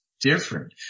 different